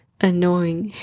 annoying